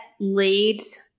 leads